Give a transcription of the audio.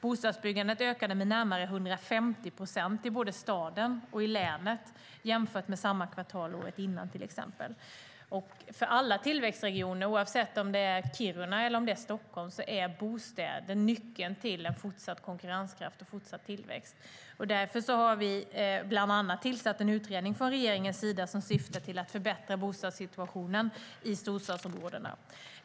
Bostadsbyggandet ökade med närmare 150 procent i både staden och länet jämfört med samma kvartal året innan till exempel. För alla tillväxtregioner, oavsett om det är Kiruna eller Stockholm, är bostäder nyckeln till fortsatt konkurrenskraft och fortsatt tillväxt. Därför har regeringen bland annat tillsatt en utredning som syftar till att förbättra bostadssituationen i storstadsområdena.